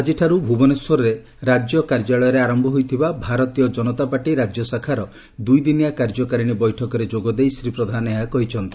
ଆକିଠାରୁ ଭୁବନେଶ୍ୱର ରାକ୍ୟ କାର୍ଯ୍ୟାଳୟରେ ଆର ଜନତା ପାର୍ଟି ରାଜ୍ୟ ଶାଖାର ଦୂଇଦିନିଆ କାର୍ଯ୍ୟକାରିଶୀ ବୈଠକରେ ଯୋଗଦେଇ ଶ୍ରୀ ପ୍ରଧାନ ଏହା କହିଛନ୍ତି